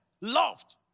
Loved